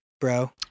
bro